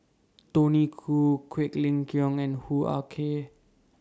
Tony Khoo Quek Ling Kiong and Hoo Ah Kay